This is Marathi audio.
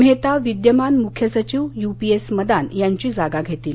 मेहता विद्यमान मुख्य सचिव युपीएस मदान यांची जागा घेतील